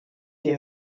ihr